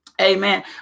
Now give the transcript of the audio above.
Amen